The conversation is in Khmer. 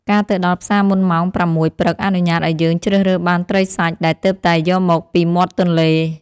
ការទៅដល់ផ្សារមុនម៉ោងប្រាំមួយព្រឹកអនុញ្ញាតឱ្យយើងជ្រើសរើសបានត្រីសាច់ដែលទើបតែយកមកពីមាត់ទន្លេ។